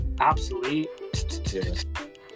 Obsolete